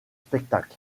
spectacle